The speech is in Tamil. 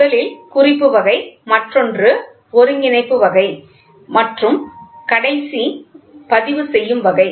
முதலில் குறிப்பு வகை மற்றொன்று ஒருங்கிணைப்பு வகை மற்றும் கடைசி பதிவு செய்யும் வகை